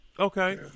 Okay